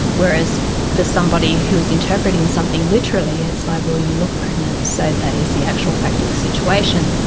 whereas for somebody who is interpreting something literally it's like, well, you look pregnant so that is the actual fact of the situation.